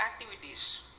activities